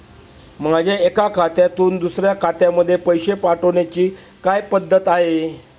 माझ्या एका खात्यातून दुसऱ्या खात्यामध्ये पैसे पाठवण्याची काय पद्धत आहे?